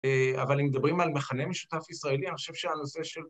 אבל אם מדברים על מחנה משותף ישראלי, אני חושב שהנושא של...